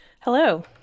Hello